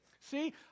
See